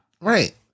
right